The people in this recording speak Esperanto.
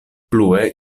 plue